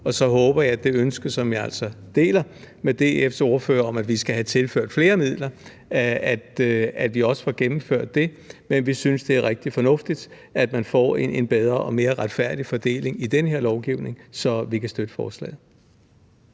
også får gennemført det ønske, som jeg altså deler med DF's ordfører, om, at vi skal have tilført flere midler, men vi synes, det er rigtig fornuftigt, at man får en bedre og mere retfærdig fordeling i den her lovgivning. Så vi kan støtte forslaget.